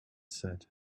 said